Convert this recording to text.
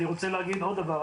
אני רוצה להגיד עוד דבר.